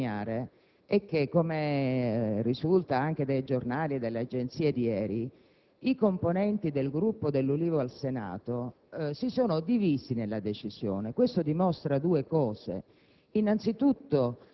terza questione - è che, come risulta anche dai giornali e dalle agenzie di ieri, i componenti del Gruppo dell'Ulivo al Senato si sono divisi nella decisione, a dimostrazione